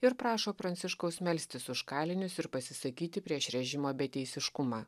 ir prašo pranciškaus melstis už kalinius ir pasisakyti prieš režimo beteisiškumą